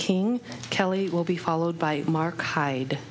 king kelly will be followed by marc hyde